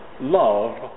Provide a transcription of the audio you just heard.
love